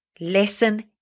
Lesson